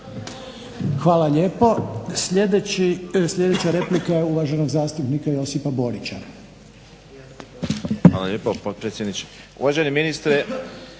Hvala lijepo. Sljedeća replika je uvaženog zastupnika Josipa Borića. **Borić, Josip (HDZ)** Hvala lijepa. Uvaženi ministre